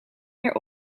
meer